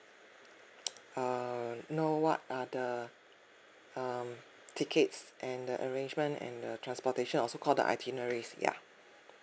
err know what are the um tickets and the arrangement and the transportation or so called the itineraries ya